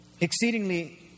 exceedingly